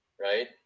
right